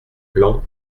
plan